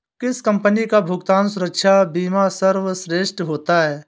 किस कंपनी का भुगतान सुरक्षा बीमा सर्वश्रेष्ठ होता है?